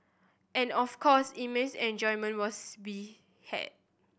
and of course immense enjoyment was be had